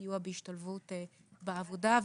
סיוע בהשתלבות בעבודה.